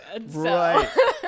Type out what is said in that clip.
Right